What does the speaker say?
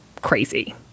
crazy